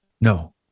no